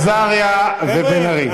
עזריה ובן ארי,